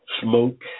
smoke